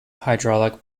hydraulic